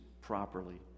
properly